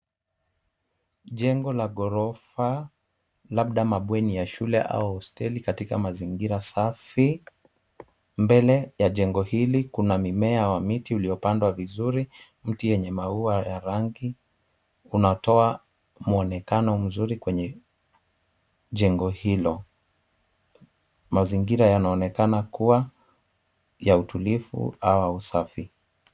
Jengo la ghorofa labda mabweni ya shule au hosteli katika mazingira safi. Mbele ya jengo hili kuna mimea wa miti uliopandwa vizuri. Mti yenye maua ya rangi unatoa muonekano mzuri kwenye jengo hilo. Mazingira yanaonekana kuwa ya utulivu ama usafi.